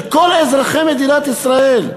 של כל אזרחי מדינת ישראל,